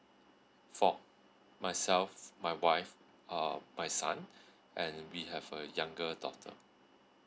for myself my wife um my son and we have a younger daughter